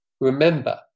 remember